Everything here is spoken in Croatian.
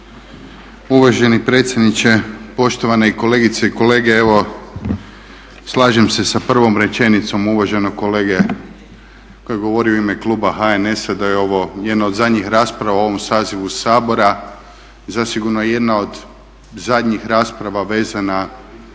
uvaženi predsjedniče, poštovane kolegice i kolege. Evo slažem se sa prvom rečenicom uvaženog kolege koji je govorio u ime kluba HNS-a da je ovo jedna od zadnjih rasprava u ovom sazivu Sabora. Zasigurno je jedna od zadnjih rasprava vezana za